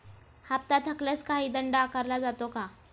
हप्ता थकल्यास काही दंड आकारला जातो का?